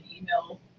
email